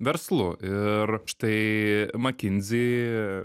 verslu ir štai mckinsey